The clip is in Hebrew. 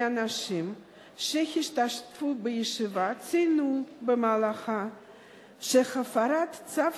הנשים שהשתתפו בישיבה ציינו במהלכה שהפרת צו